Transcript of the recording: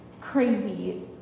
Crazy